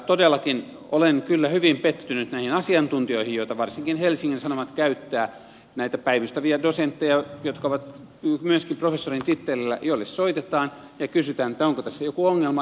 todellakin olen kyllä hyvin pettynyt näihin asiantuntijoihin joita varsinkin helsingin sanomat käyttää näitä päivystäviä dosentteja jotka ovat myöskin professorin tittelillä joille soitetaan ja kysytään että onko tässä joku ongelma